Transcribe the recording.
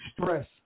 stress